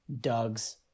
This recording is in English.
Doug's